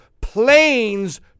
planes